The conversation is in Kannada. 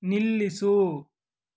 ನಿಲ್ಲಿಸು